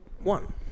One